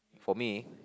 for me